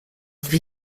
wir